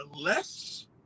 less